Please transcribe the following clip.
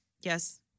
Yes